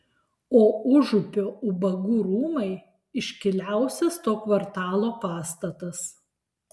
o užupio ubagų rūmai iškiliausias to kvartalo pastatas